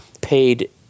paid